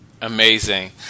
Amazing